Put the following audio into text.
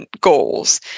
goals